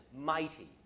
mighty